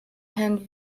herrn